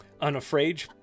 unafraid